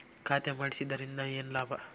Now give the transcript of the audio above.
ಖಾತೆ ಮಾಡಿಸಿದ್ದರಿಂದ ಏನು ಲಾಭ?